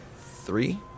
three